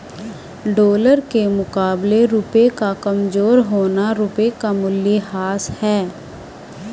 dollar के मुकाबले रुपए का कमज़ोर होना रुपए का मूल्यह्रास है